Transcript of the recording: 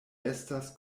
estas